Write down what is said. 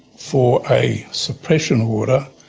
for a suppression order,